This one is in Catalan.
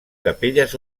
capelles